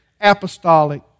apostolic